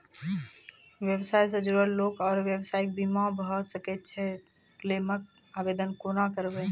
व्यवसाय सॅ जुड़ल लोक आर व्यवसायक बीमा भऽ सकैत छै? क्लेमक आवेदन कुना करवै?